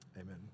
Amen